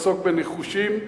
לעסוק בניחושים.